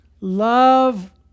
love